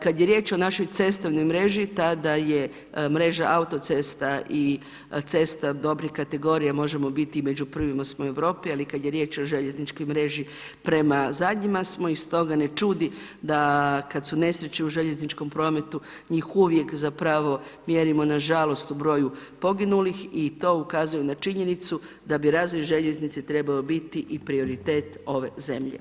Kad je riječ o našoj cestovnoj mreži tada je mreža autocesta i cesta dobre kategorije, možemo biti i među prvima smo u Europi, ali kad je riječ o željezničkoj mreži prema zadnjima smo i stoga ne čudi da kad su nesreće u željezničkom prometu, njih uvijek zapravo mjerimo nažalost u broju poginulih i to ukazuje na činjenicu da bi razvoj željeznice trebao biti i prioritet ove zemlje.